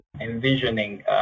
envisioning